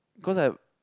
cause I